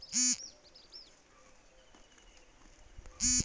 bioshelter ইক ধরলের পরিচালিত ইলডোর ইকোসিস্টেম যেখালে চাষ হ্যয়